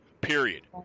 period